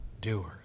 doers